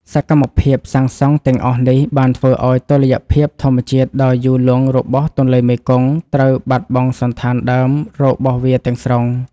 សកម្មភាពសាងសង់ទាំងអស់នេះ បានធ្វើឱ្យតុល្យភាពធម្មជាតិដ៏យូរលង់របស់ទន្លេមេគង្គ ត្រូវបាត់បង់សណ្ឋានដើមរបស់វាទាំងស្រុង។